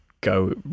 go